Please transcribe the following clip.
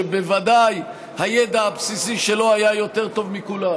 שבוודאי הידע הבסיסי שלו היה יותר טוב מכולם.